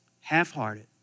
Half-hearted